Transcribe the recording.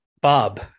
Bob